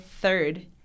third